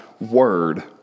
word